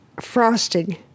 frosting